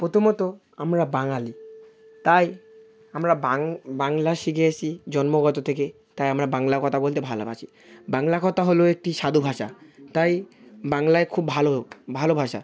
প্রথমত আমরা বাঙালি তাই আমরা বাং বাংলা শিখে এসেছি জন্মগত থেকে তাই আমরা বাংলা কথা বলতে ভালোবাসি বাংলা কথা হলো একটি সাধু ভাষা তাই বাংলায় খুব ভালো ভালো ভাষা